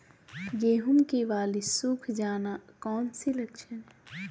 गेंहू की बाली सुख जाना कौन सी लक्षण है?